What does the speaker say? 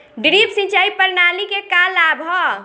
Drip सिंचाई प्रणाली के का लाभ ह?